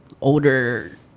older